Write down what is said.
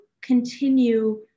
continue